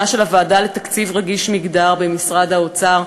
של הוועדה לתקציב רגיש מגדר במשרד האוצר.